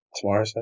Tomorrow